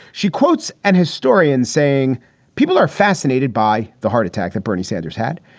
she quotes an historian saying people are fascinated by the heart attack that bernie sanders had.